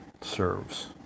serves